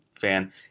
fan